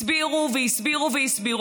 הסבירו והסבירו והסבירו,